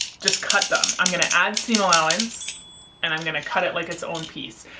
just cut them. i'm going to add seam allowance and i'm going to cut it like it's own piece.